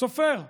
הסופר נ'